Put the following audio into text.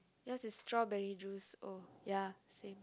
just a strawberry juice oh ya I see